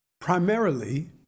Primarily